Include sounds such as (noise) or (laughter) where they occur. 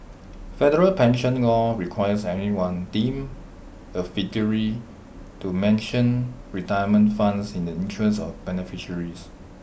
federal pension law requires anyone deemed A (unintelligible) to mention retirement funds in the interest of beneficiaries